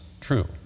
true